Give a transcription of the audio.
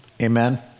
amen